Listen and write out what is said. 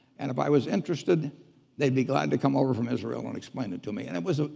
and if i was interested they'd be glad to come over from israel and explain it to me. and it was,